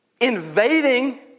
invading